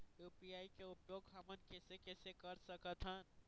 UPI के उपयोग हमन कैसे कैसे कर सकत हन?